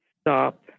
stop